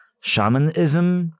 shamanism